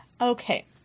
Okay